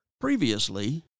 Previously